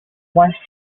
once